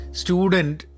student